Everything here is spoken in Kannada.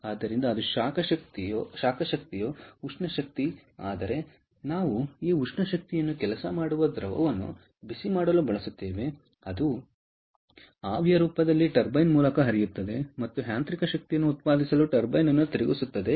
ಆದ್ದರಿಂದ ಅದು ಶಾಖ ಶಕ್ತಿಯ ಉಷ್ಣ ಶಕ್ತಿ ಆದರೆ ನಾವು ಆ ಉಷ್ಣ ಶಕ್ತಿಯನ್ನು ಕೆಲಸ ಮಾಡುವ ದ್ರವವನ್ನು ಬಿಸಿಮಾಡಲು ಬಳಸುತ್ತೇವೆ ಅದು ಆವಿಯ ರೂಪದಲ್ಲಿ ಟರ್ಬೈನ್ ಮೂಲಕ ಹರಿಯುತ್ತದೆ ಮತ್ತು ಯಾಂತ್ರಿಕ ಶಕ್ತಿಯನ್ನು ಉತ್ಪಾದಿಸಲು ಟರ್ಬೈನ್ ಅನ್ನು ತಿರುಗಿಸುತ್ತದೆ